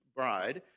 bride